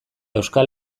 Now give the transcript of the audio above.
euskal